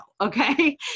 Okay